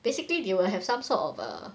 basically they will have some sort of uh